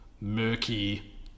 murky